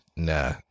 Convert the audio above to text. Nah